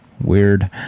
weird